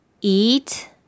eat